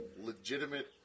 legitimate